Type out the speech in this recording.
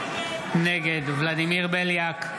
נגד ולדימיר בליאק,